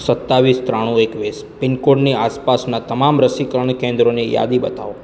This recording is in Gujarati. સત્તાવીસ ત્રાણું એકવીસ પિનકોડની આસપાસનાં તમામ રસીકરણ કેન્દ્રોની યાદી બતાવો